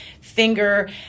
finger